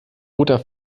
roter